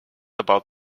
about